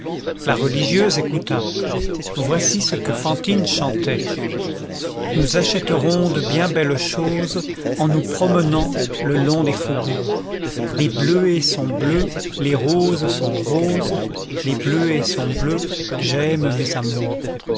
la religieuse écouta voici ce que fantine chantait nous achèterons de bien belles choses en nous promenant le long des faubourgs les bleuets sont bleus les roses sont roses les bleuets sont bleus j'aime mes amours